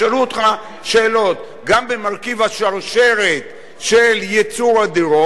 אותך שאלות גם במרכיב השרשרת של ייצור הדירות,